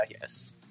yes